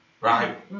right